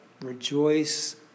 Rejoice